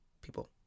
people